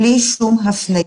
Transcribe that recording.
בלי שום הפניה,